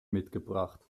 mitgebracht